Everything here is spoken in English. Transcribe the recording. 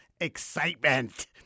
excitement